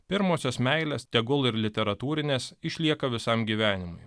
pirmosios meilės tegul ir literatūrinės išlieka visam gyvenimui